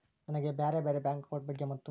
ನನಗೆ ಬ್ಯಾರೆ ಬ್ಯಾರೆ ಬ್ಯಾಂಕ್ ಅಕೌಂಟ್ ಬಗ್ಗೆ ಮತ್ತು?